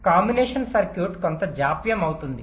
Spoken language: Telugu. కాబట్టి కాంబినేషన్ సర్క్యూట్ కొంత జాప్యం అవుతుంది